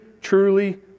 truly